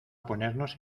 ponernos